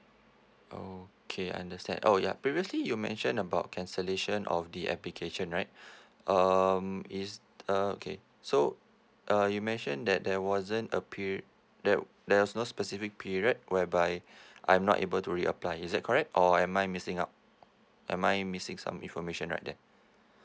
okay understand oh ya previously you mention about cancellation of the application right um is uh okay so uh you mention that there wasn't a pe~ that there's no specific period whereby I'm not able to reapply is it correct or am I missing out am I missing some information right there